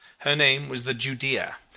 her name was the judea.